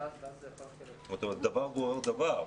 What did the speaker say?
כלומר דבר גורר דבר.